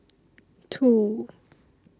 two